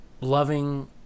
loving